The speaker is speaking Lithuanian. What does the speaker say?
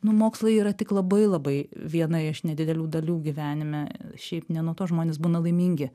nu mokslai yra tik labai labai viena iš nedidelių dalių gyvenime šiaip ne nuo to žmonės būna laimingi